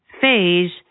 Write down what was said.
phase